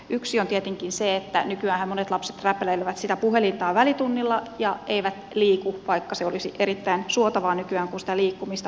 yksi on tietenkin se että nykyäänhän monet lapset räpläilevät sitä puhelintaan välitunnilla ja eivät liiku vaikka se olisi erittäin suotavaa nykyään kun sitä liikkumista muutenkin on liian vähän